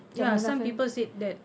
ya some people said that